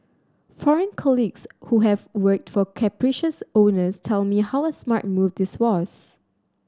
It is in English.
foreign colleagues who have worked for capricious owners tell me how a smart move this was